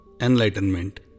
enlightenment